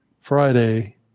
Friday